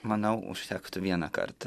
manau užtektų vienąkart